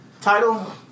title